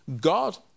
God